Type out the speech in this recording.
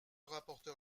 rapporteur